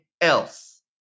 else